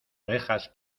orejas